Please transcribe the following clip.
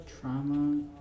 trauma